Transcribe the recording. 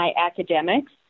academics